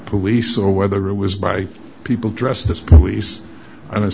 police or whether it was by people dressed as police